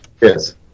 Yes